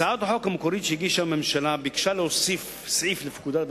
הצעת החוק המקורית שהגישה הממשלה ביקשה להוסיף סעיף לפקודת בתי-הסוהר,